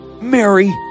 Mary